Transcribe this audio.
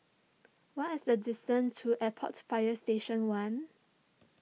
what is the distance to Airport Fire Station one